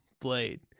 Blade